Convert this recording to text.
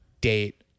date